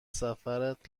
سفرت